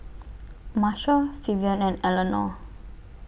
Marshal Vivien and Eleanor